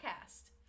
cast